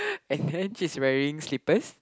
and then she's wearing slippers